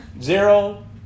zero